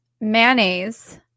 mayonnaise